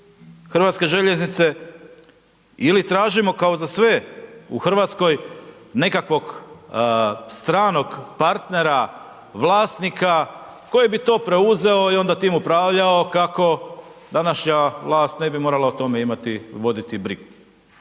hrvatske željeznice, ili tražimo, kao za sve u Hrvatskoj nekakvog stranog partnera, vlasnika koji bi to preuzeo i onda time upravljao kako današnja vlast ne bi morala o tome imati, voditi brigu.